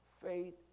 faith